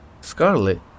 Scarlet